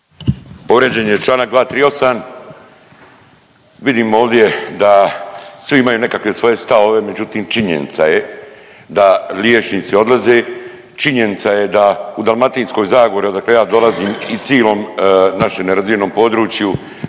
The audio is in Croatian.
Povrijeđen je Članak 238., vidim ovdje da svi imaju nekakve svoje stavove, međutim činjenica je da liječnici odlaze, činjenica je da u Dalmatinskoj zagori odakle ja dolazim i cilom našem nerazvijenom području